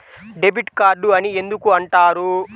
Debit card అని ఎందుకు అంటారు?